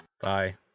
Bye